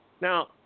Now